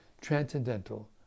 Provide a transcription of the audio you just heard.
transcendental